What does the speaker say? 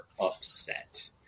upset